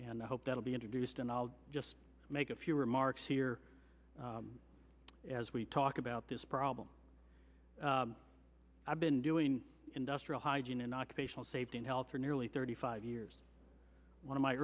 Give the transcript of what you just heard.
and i hope that will be introduced and i'll just make a few remarks here as we talk about this problem i've been doing industrial hygiene and occupational safety and health for nearly thirty five years one of my